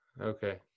Okay